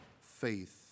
faith